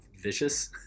Vicious